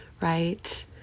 right